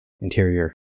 Interior